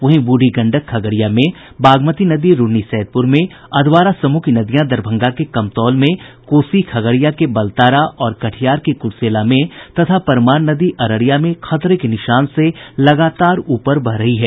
वहीं बूढ़ी गंडक खगड़िया में बागमती नदी रून्नी सैदपुर में अधवारा समूह की नदियां दरभंगा के कमतौल में कोसी खगड़िया के बलतारा और कटिहार के कुरसेला में तथा परमान नदी अररिया में खतरे के निशान से लगातार ऊपर बह रही है